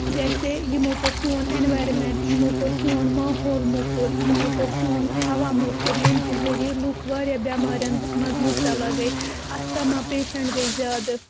جیسے یِمو کوٚر سون ایٚنوارِمیٚنٛٹ یِمو کوٚر سون ماحول موٚکُر یِمو کوٚر سون ہوا موٚکُر یٔمۍ کہِ ذٔریعہِ لُکھ واریاہ بٮ۪مارٮ۪ن مںٛز مبتلا گٔے اَستَما پیشَنٛٹ گٔے زیادٕ